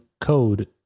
code